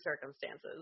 circumstances